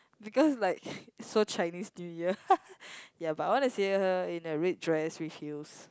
because like so Chinese New Year ya but I want to see her in a red dress with heels